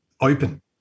open